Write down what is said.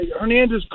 Hernandez